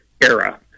era